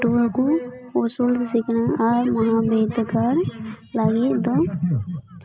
ᱯᱟᱹᱴᱷᱩᱣᱟᱹ ᱠᱚ ᱩᱥᱩᱞ ᱥᱤᱠᱷᱱᱟᱹᱛ ᱟᱨ ᱢᱚᱦᱟᱵᱤᱨᱫᱟᱹᱜᱟᱲ ᱞᱟᱹᱜᱤᱫ ᱫᱚ